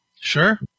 Sure